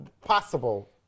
possible